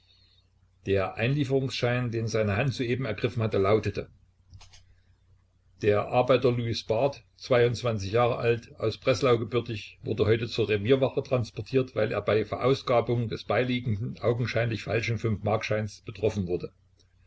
der einlieferungsschein den seine hand soeben ergriffen hatte lautete der arbeiter louis barth jahre alt aus breslau gebürtig wurde heute zur revierwache transportiert weil er bei verausgabung des beiliegenden augenscheinlich falschen fünfmarkscheins betroffen wurde